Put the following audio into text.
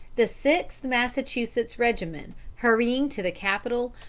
the sixth massachusetts regiment, hurrying to the capital,